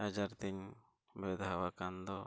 ᱟᱡᱟᱨᱛᱮᱧ ᱵᱮᱫᱷᱟᱣ ᱟᱠᱟᱱ ᱫᱚ